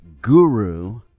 guru